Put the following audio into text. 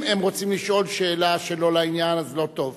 אם הם רוצים לשאול שאלה שלא לעניין, לא טוב.